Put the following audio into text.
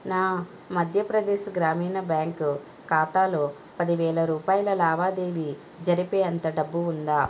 నా మధ్యప్రదేశ్ గ్రామీణ బ్యాంక్ ఖాతాలో పదివేల రూపాయల లావాదేవీ జరిపేంత డబ్బు ఉందా